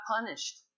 punished